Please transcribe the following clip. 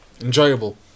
Enjoyable